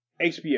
HBO